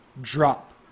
drop